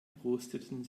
prosteten